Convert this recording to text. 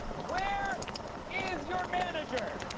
where is your manager!